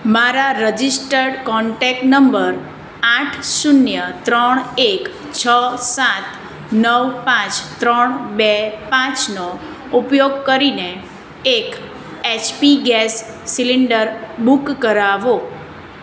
મારા registered contact number આઠ શૂન્ય ત્રણ એક છ સાત નવ પાંચ ત્રણ બે પાંચનો ઉપયોગ કરીને એક એચપી ગેસ સીલિન્ડર બુક કરાવો